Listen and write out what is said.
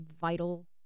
vital